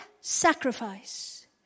sacrifice